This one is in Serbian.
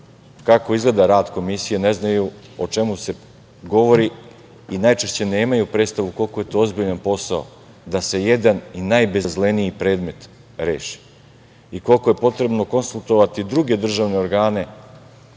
kako izgleda rad Komisije, ne znaju o čemu se govori i najčešće nemaju predstavu koliko je to ozbiljan posao da se jedan i najbezazleniji predmet reši i koliko je potrebno konsultovati druge državne organe